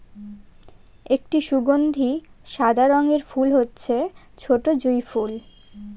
একটি সুগন্ধি সাদা রঙের ফুল হচ্ছে ছোটো জুঁই ফুল